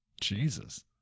jesus